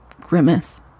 grimace